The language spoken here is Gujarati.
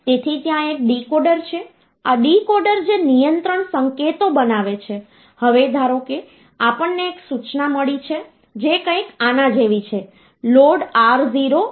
તેથી આ 557 ની બેઝ 10 થી હેકઝાડેસિમલ નંબર સિસ્ટમમાં રજૂઆત છે